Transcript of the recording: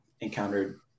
encountered